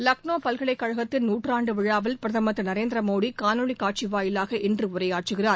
லக்னோ பல்கலைக்கழகத்தின் நூற்றாண்டு விழாவில் பிரதமர் திரு நரேந்திர மோடி காணொலி காட்சி வாயிலாக இன்று உரையாற்றுகிறார்